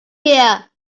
here